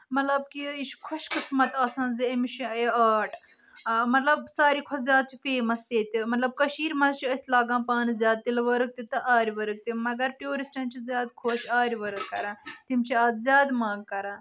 مطلب کہِ یہِ چھُ خۄش قسمت آسان زِ أمِس چھُ یہِ آرٹ آ مطلب ساروٕے کھۄتہٕ زیادٕ چھُ فیمَس ییٚتہِ مطلب کٔشیٖر منٛز چھِ أسۍ لاگان پانہٕ زیادٕ تِلہٕ ؤرٕک تہِ تہٕ آرِ ؤرٕک تہِ مگر ٹیورسٹن چھِ زیادٕ خۄش آرِ ؤرٕک کران تِم چھِ اتھ زیادٕ منٛگ کران